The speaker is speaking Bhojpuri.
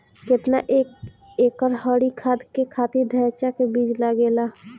केतना एक एकड़ हरी खाद के खातिर ढैचा के बीज लागेला?